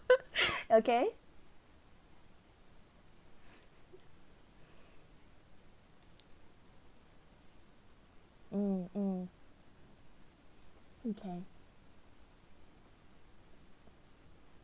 okay mm mm okay